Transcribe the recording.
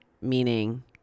meaning